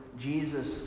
Jesus